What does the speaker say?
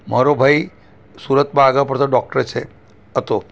મારો ભાઈ સુરતમાં આગળ પડતો ડૉક્ટર છે હતો